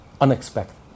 unexpected